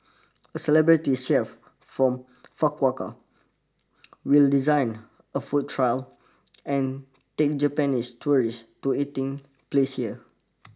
a celebrity chef from Fukuoka will design a food trail and take Japanese tourists to eating places here